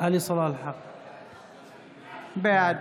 בעד